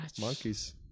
Monkeys